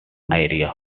area